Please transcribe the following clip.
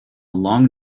long